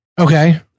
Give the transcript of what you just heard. Okay